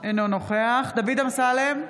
אינו נוכח דוד אמסלם,